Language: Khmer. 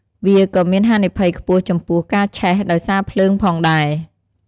វាក៏មានហានិភ័យខ្ពស់ចំពោះ ការឆេះដោយសារភ្លើងផងដែរ។